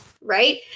right